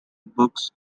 books